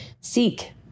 Seek